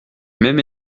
même